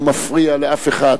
לא מפריע לאף אחד.